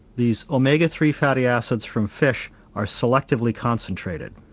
these omega three fatty acids from fish are selectively concentrated.